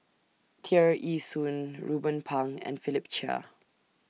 Tear Ee Soon Ruben Pang and Philip Chia